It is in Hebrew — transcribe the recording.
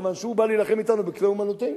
כיוון שהוא בא להילחם נגדנו בכלי אומנותנו,